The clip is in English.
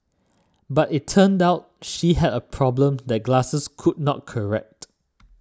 but it turned out she had a problem that glasses could not correct